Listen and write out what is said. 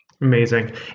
Amazing